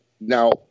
now